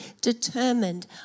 determined